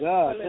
God